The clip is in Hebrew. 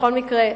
בכל מקרה,